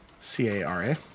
C-A-R-A